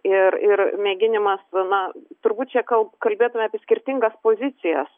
ir ir mėginimas na turbūt čia kal kalbėtume apie skirtingas pozicijas